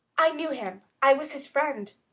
i knew him. i was his friend.